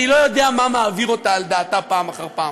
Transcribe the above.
אני לא יודע מה מעביר אותה על דעתה פעם אחר פעם,